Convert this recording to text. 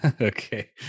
Okay